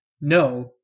no